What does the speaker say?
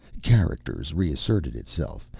character reasserted itself,